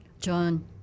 John